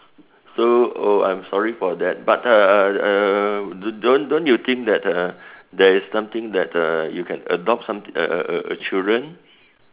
so oh I'm sorry for that but uh don't don't you think that uh there is something that uh you can adopt some err children